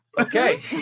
okay